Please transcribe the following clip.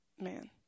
Man